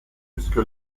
jusque